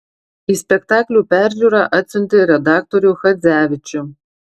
į spektaklio peržiūrą atsiuntė redaktorių chadzevičių